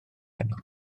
heno